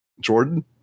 Jordan